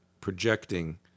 projecting